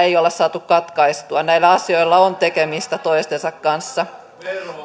ei olla saatu katkaistua näillä asioilla on tekemistä toistensa kanssa